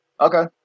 Okay